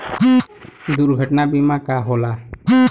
दुर्घटना बीमा का होला?